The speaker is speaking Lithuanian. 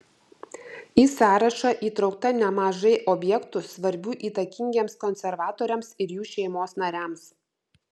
į sąrašą įtraukta nemažai objektų svarbių įtakingiems konservatoriams ir jų šeimos nariams